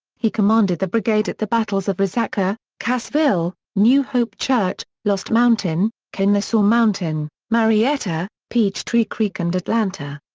he commanded the brigade at the battles of resaca, cassville, new hope church, lost mountain, kennesaw mountain, marietta, peachtree creek and atlanta.